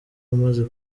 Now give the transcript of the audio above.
umaze